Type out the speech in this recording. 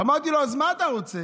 אמרתי לו: אז מה אתה רוצה,